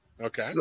Okay